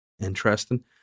interesting